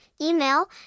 email